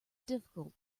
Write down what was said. difficult